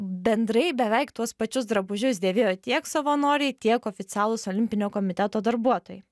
bendrai beveik tuos pačius drabužius dėvėjo tiek savanoriai tiek oficialūs olimpinio komiteto darbuotojai